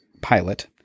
pilot